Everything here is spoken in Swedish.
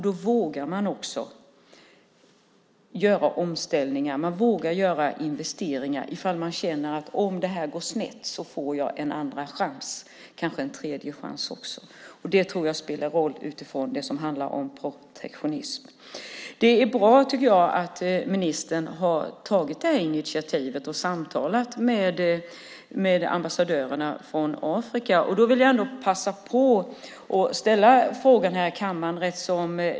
Man vågar göra omställningar och investeringar om man känner att man får en andra chans, kanske även en tredje, om det går snett. Det tror jag spelar roll för protektionismen. Det är bra att ministern har tagit detta initiativ och samtalat med ambassadörerna från Afrika. Jag vill ändå passa på att ställa en fråga här i kammaren.